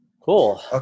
Cool